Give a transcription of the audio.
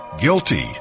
Guilty